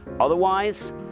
Otherwise